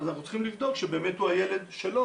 אז אנחנו צריכים לבדוק שבאמת הוא הילד שלו